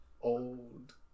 old